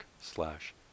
slash